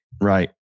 Right